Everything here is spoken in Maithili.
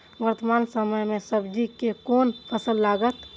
वर्तमान समय में सब्जी के कोन फसल लागत?